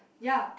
ya